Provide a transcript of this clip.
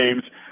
games